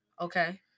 Okay